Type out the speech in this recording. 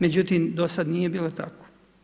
Međutim, do sad nije bilo tako.